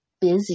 busy